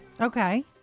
Okay